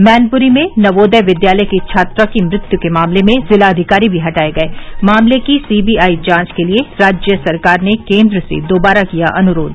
मैनपूरी में नवोदय विद्यालय की छात्रा की मृत्य के मामले में जिलाधिकारी भी हटाये गये मामले की सीबीआई जांच के लिये राज्य सरकार ने केन्द्र से दोबारा किया अनुरोध